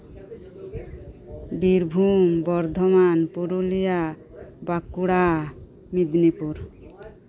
Birbhum Bardhaman Purulia Bankura Medinipur